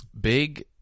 big